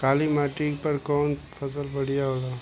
काली माटी पर कउन फसल बढ़िया होला?